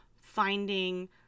finding